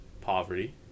Poverty